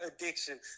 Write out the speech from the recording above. addiction